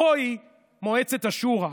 בואי מועצת השורא.